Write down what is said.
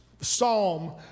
Psalm